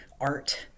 art